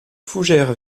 fougère